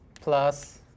plus